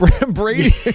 Brady